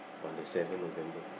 on the seven November